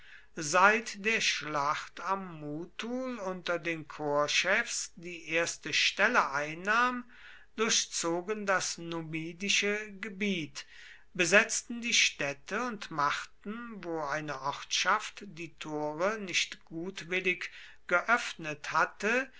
seit der schlacht am muthul unter den korpschefs die erste stelle einnahm durchzogen das numidische gebiet besetzten die städte und machten wo eine ortschaft die tore nicht gutwillig geöffnet hatte